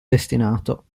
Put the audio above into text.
destinato